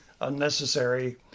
unnecessary